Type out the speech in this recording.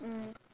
mm